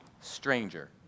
stranger